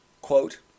Quote